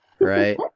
right